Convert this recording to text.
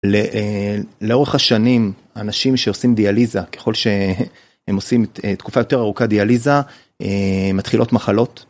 לאורך השנים אנשים שעושים דיאליזה ככל שהם עושים תקופה יותר ארוכה דיאליזה, מתחילות מחלות.